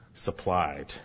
supplied